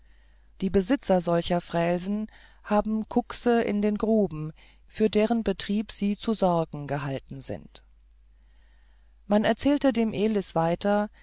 die besitzer solcher frälsen haben kuxe in den gruben für deren betrieb sie zu sorgen gehalten sind man erzählte dem elis weiter